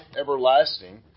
everlasting